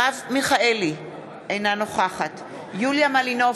אינה נוכחת יוליה מלינובסקי,